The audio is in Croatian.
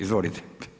Izvolite.